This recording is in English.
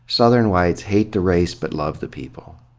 southern whites hate the race but love the people.